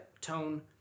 tone